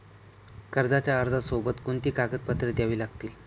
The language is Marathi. कर्जाच्या अर्जासोबत कोणती कागदपत्रे द्यावी लागतील?